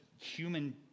human